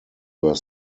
were